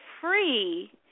free